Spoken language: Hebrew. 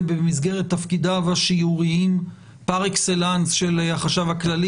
זה במסגרת תפקידיו השיוריים פר-אקסלנס של החשב הכללי.